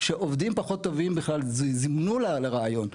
שעובדים פחות טובים זומנו לראיון.